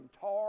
tar